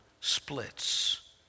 splits